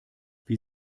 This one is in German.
wie